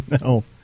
No